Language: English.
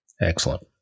excellent